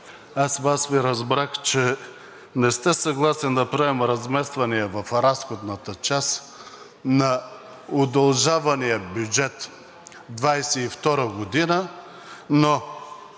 аз Ви разбрах, че не сте съгласен да правим размествания в разходната част на удължавания бюджет 2022 г., но